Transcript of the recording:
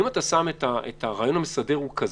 אם הרעיון המסדר הוא כזה,